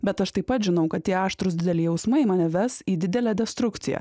bet aš taip pat žinau kad tie aštrūs dideli jausmai mane ves į didelę destrukciją